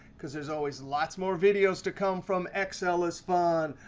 because there's always lots more videos to come from excel is fun.